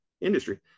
industry